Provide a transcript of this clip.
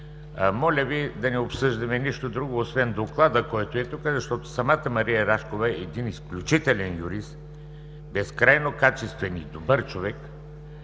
моля Ви да не обсъждаме нищо друго освен Доклада, защото самата Мария Рашкова е един изключителен юрист, безкрайно качествен и добър човек